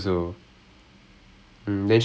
oh okay okay right right right